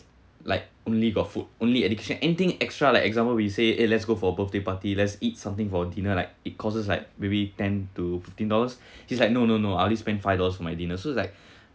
like only got food only additional anything extra like example we say eh let's go for birthday party let's eat something for dinner like it costs like maybe ten to fifteen dollars he's like no no no I only spend five dollars for my dinner so he's like